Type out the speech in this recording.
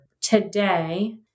today